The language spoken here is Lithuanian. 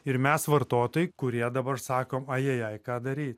ir mes vartotojai kurie dabar sakom ajajai ką daryt